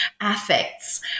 affects